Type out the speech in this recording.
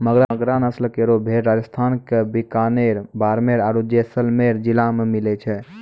मगरा नस्ल केरो भेड़ राजस्थान क बीकानेर, बाड़मेर आरु जैसलमेर जिला मे मिलै छै